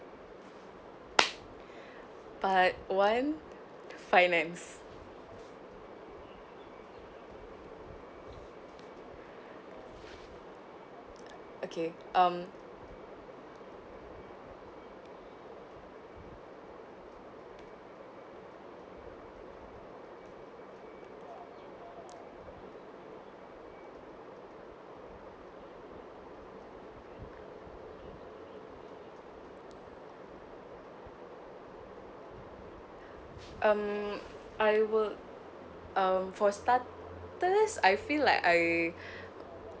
part one finance okay um um I would uh for starters I feel like I